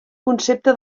concepte